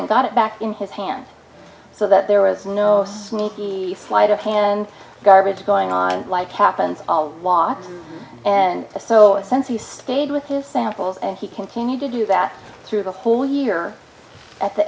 and got it back in his hand so that there was no sneaky sleight of hand garbage going on like happens all walked and so since you stayed with his samples and he continued to do that through the full year at the